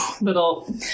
little